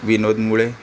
विनोद मुळे